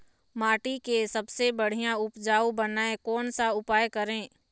माटी के सबसे बढ़िया उपजाऊ बनाए कोन सा उपाय करें?